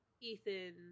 Ethan